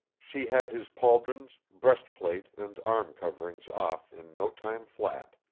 she had his pauldrons, breastplate, and arm-coverings off in no time flat.